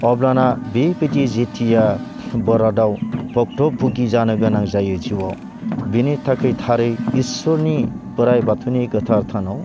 अब्लाना बेबायदि जेथिया बरादाव भक्त भुगि जानो गोनां जायो जिउआव बिनि थाखै थारै इसोरनि बोराइ बाथौनि गोथार थानाव